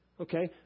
okay